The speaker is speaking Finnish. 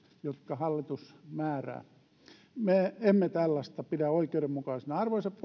jotka hallitus määrää me emme tällaista pidä oikeudenmukaisena arvoisa